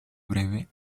breve